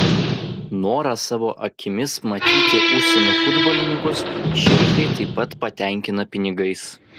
norą savo akimis matyti užsienio futbolininkus šeichai taip pat patenkina pinigais